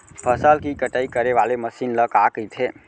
फसल की कटाई करे वाले मशीन ल का कइथे?